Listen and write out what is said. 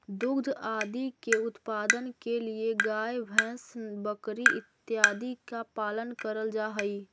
दुग्ध आदि के उत्पादन के लिए गाय भैंस बकरी इत्यादि का पालन करल जा हई